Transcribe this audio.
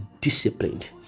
disciplined